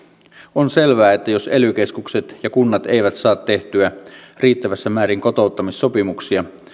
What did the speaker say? on selvää että jos ely keskukset ja kunnat eivät saa tehtyä riittävässä määrin kotouttamissopimuksia